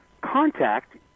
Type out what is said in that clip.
contact